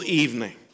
evening